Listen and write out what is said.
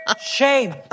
Shame